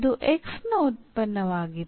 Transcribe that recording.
ಇದು X ನ ಉತ್ಪನ್ನವಾಗಿದೆ